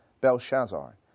Belshazzar